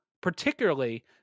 particularly